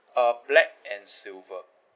uh black and silver